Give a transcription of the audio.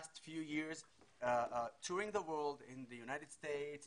לערביי ישראל יש לנו זכויות כדי שנוכל להפוך לכל מה שאנחנו רוצים.